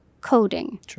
coding